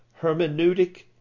hermeneutic